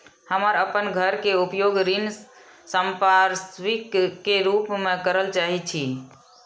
हम अपन घर के उपयोग ऋण संपार्श्विक के रूप में करल चाहि छी